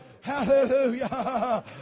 Hallelujah